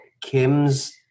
Kim's